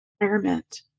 environment